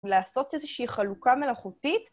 לעשות איזושהי חלוקה מלאכותית.